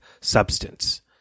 substance